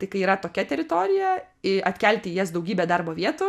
tai kai yra tokia teritorija į atkelti į jas daugybę darbo vietų